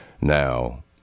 now